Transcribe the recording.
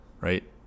Right